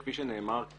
כפי שנאמר,